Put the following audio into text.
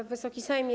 Wysoki Sejmie!